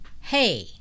Hey